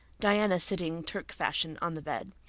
diana sitting turkfashion on the bed.